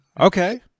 Okay